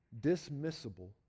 dismissible